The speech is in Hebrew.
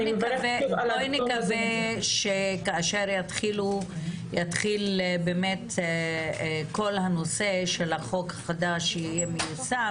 בואי נקווה שכאשר יתחיל כל הנושא של החוק החדש שיהיה מיושם,